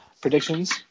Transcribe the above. predictions